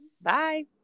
Bye